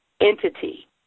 entity